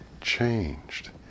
changed